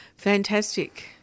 Fantastic